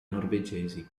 norvegesi